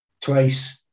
twice